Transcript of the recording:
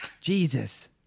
Jesus